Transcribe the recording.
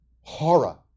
horror